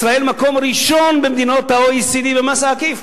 ישראל מקום ראשון במדינות ה-OECD במס העקיף.